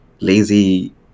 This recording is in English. lazy